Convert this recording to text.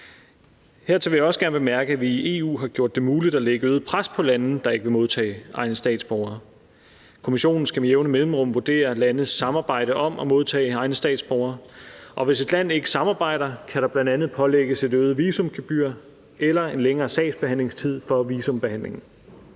Hertil vil jeg også gerne bemærke, at vi i EU har gjort det muligt at lægge øget pres på lande, der ikke vil modtage egne statsborgere. Kommissionen skal med jævne mellemrum vurdere landes samarbejde om at modtage egne statsborgere, og hvis et land ikke samarbejder, kan der bl.a. pålægges et øget visumgebyr eller en længere sagsbehandlingstid for visumbehandlingen.